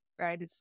right